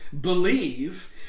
believe